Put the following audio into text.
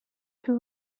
too